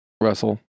Russell